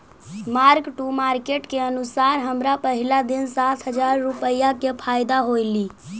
mark to market के अनुसार हमरा पहिला दिन सात हजार रुपईया के फयदा होयलई